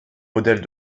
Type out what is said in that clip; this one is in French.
modèles